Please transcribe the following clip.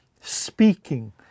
speaking